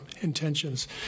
intentions